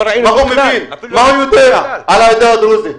לא ראינו --- מה הוא יודע על העדה הדרוזית.